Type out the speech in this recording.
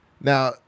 Now